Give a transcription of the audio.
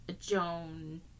Joan